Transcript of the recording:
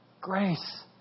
grace